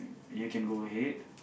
you can go ahead